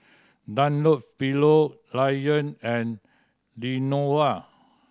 Dunlopillo Lion and Lenovo